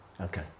Okay